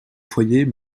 foyer